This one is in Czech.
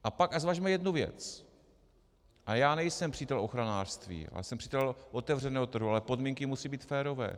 A pak zvažme jednu věc a já nejsem přítel ochranářství, jsem přítel otevřeného trhu, ale podmínky musí být férové.